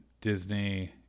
Disney